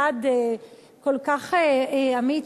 צעד כל כך אמיץ,